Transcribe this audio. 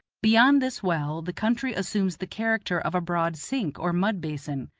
beyond this well the country assumes the character of a broad sink or mud-basin,